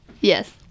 Yes